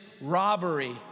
robbery